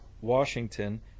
Washington